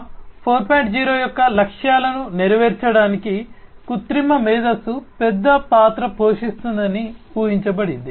0 యొక్క లక్ష్యాలను నెరవేర్చడానికి కృత్రిమ మేధస్సు పెద్ద పాత్ర పోషిస్తుందని ఉహించబడింది